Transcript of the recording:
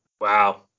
Wow